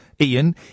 Ian